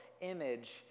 image